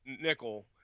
nickel